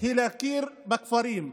היא להכיר בכפרים,